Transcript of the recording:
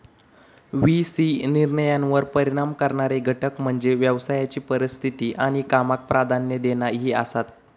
V C निर्णयांवर परिणाम करणारे घटक म्हणजे व्यवसायाची परिस्थिती आणि कामाक प्राधान्य देणा ही आसात